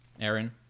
aaron